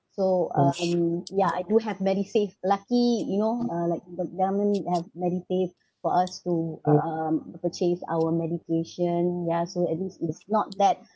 um ya I do have MediSave lucky you know uh like but the government have MediSave for us to um purchase our medication mm ya so at least it's not that